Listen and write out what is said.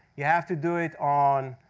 you have to do it on,